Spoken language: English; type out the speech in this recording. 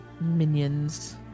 minions